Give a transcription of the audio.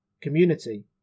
community